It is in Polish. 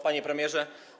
Panie Premierze!